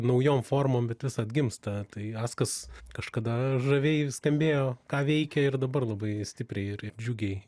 naujom formom bet vis atgimsta tai askas kažkada žaviai skambėjo ką veikė ir dabar labai stipriai ir džiugiai